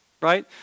Right